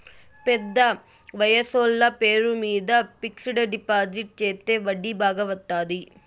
పెద్ద వయసోళ్ల పేరు మీద ఫిక్సడ్ డిపాజిట్ చెత్తే వడ్డీ బాగా వత్తాది